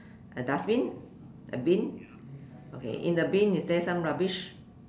a dustbin a bin okay in the bin is there some rubbish